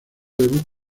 debut